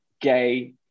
gay